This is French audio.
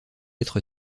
être